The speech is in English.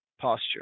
posture